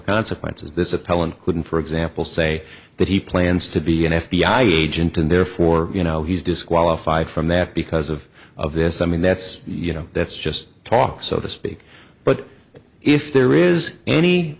appellant couldn't for example say that he plans to be an f b i agent and therefore you know he's disqualified from that because of of this i mean that's you know that's just talk so to speak but if there is any